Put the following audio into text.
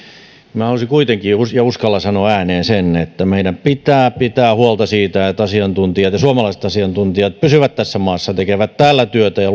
minä kuitenkin haluaisin ja uskallan sanoa ääneen sen että meidän pitää pitää huolta siitä että suomalaiset asiantuntijat pysyvät tässä maassa tekevät täällä työtä ja